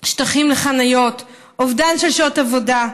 שטחים לחניה, אובדן שעות עבודה,